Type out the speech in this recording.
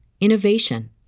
innovation